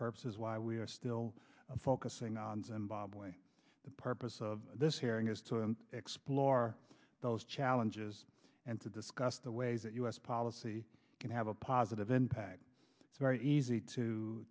purposes why we are still focusing on zimbabwe the purpose of this hearing is to explore those challenges and to discuss the ways that u s policy can have a positive impact it's very easy to